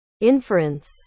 inference